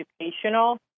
educational